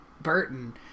Burton